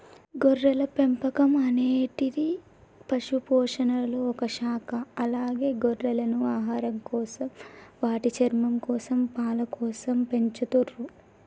గొర్రెల పెంపకం అనేటిది పశుపోషణలొ ఒక శాఖ అలాగే గొర్రెలను ఆహారంకోసం, వాటి చర్మంకోసం, పాలకోసం పెంచతుర్రు